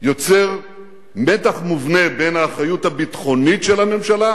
יוצר מתח מובנה בין האחריות הביטחונית של הממשלה